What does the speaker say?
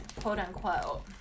quote-unquote